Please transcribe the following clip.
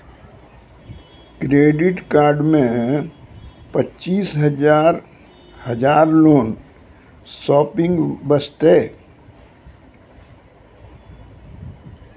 Credit card मे पचीस हजार हजार लोन शॉपिंग वस्ते?